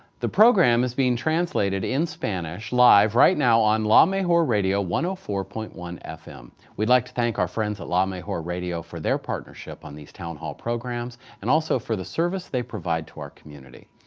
the program is being translated in spanish live right now on la mejor radio one hundred and ah four point one fm. we'd like to thank our friends at la mejor radio for their partnership on these town hall programs and also for the service they provide to our community.